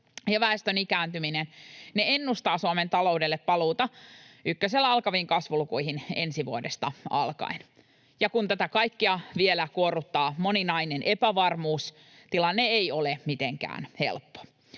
väestön ikääntyminen ennustavat Suomen taloudelle paluuta ykkösellä alkaviin kasvulukuihin ensi vuodesta alkaen. Kun tätä kaikkea vielä kuorruttaa moninainen epävarmuus, tilanne ei ole mitenkään helppo.